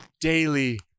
daily